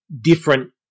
different